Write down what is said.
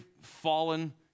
fallen